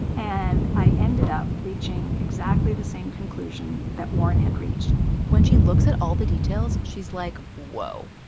and i ended up reaching exactly the same conclusion that warren had reached when she looks at all the details, she's like, whoa.